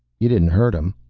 you didn't hurt him?